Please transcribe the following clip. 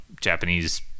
japanese